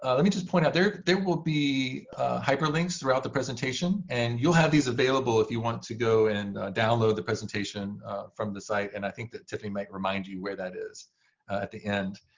ah let me just point out there there will be hyperlinks throughout the presentation. and you'll have these available if you want to go and download the presentation from the site. and i think that tiffany might remind you where that is at the end.